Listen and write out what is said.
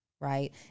Right